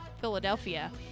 Philadelphia